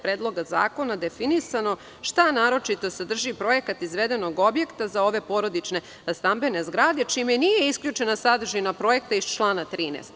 Predloga zakona definisano šta naročito sadrži projekat izvedenog objekta za ove porodične stambene zgrade, čime nije isključena sadržina projekta iz člana 13.